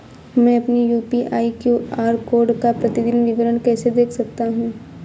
मैं अपनी UPI QR code का प्रतीदीन विवरण कैसे देख सकता हूँ?